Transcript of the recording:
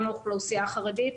גם לאוכלוסייה חרדית,